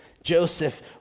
Joseph